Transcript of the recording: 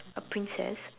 a princess